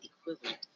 equivalent